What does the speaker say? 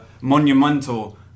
monumental